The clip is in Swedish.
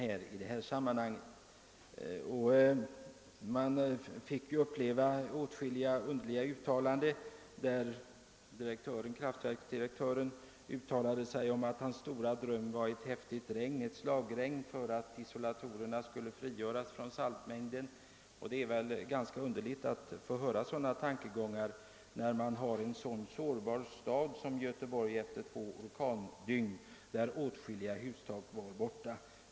Vi har fått uppleva åtskilliga underliga uttalanden i detta sammanhang. Kraftverksdirektören i Trollhättan yttrade t.ex. att hans stora dröm var ett verkligt slagregn för att isolatorerna därmed skulle frigöras från saltavlagringar. Det är ganska egendomligt att höra sådana tankegångar i en så sårbar stad som Göteborg visade sig vara efter två orkandygn, då åtskilliga tak hade blåst bort.